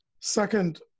Second